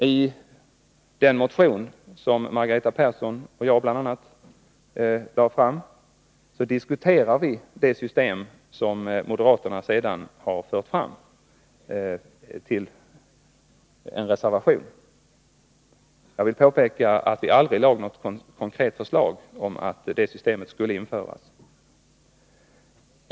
I den motion som bl.a. Margareta Persson och jag lade fram behandlade vi det system som moderaterna sedan har fört fram i en reservation. Jag vill påpeka att vi aldrig lade fram något konkret förslag om att det systemet skulle införas.